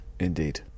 Indeed